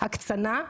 בהקצנה,